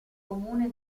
comune